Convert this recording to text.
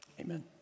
Amen